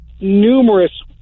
numerous